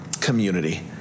community